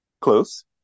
Close